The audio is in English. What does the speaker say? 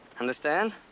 Understand